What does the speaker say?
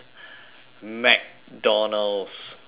mcdonald's